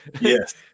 Yes